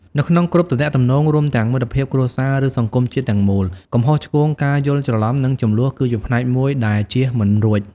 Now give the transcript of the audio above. នៅក្នុងគ្រប់ទំនាក់ទំនង រួមទាំងមិត្តភាព គ្រួសារ ឬសង្គមជាតិទាំងមូល កំហុសឆ្គងការយល់ច្រឡំ និងជម្លោះ គឺជាផ្នែកមួយដែលជៀសមិនរួច។